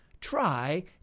try